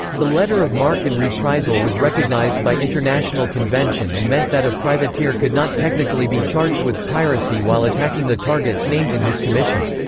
the letter of marque and reprisal was recognized by international convention and meant that a privateer could not technically be charged with piracy while attacking the targets named in his commission.